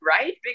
right